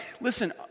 listen